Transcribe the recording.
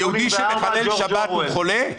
יהודי שמחלל שבת הוא חולה?